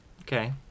Okay